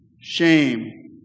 shame